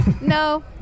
No